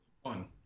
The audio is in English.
One